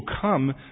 come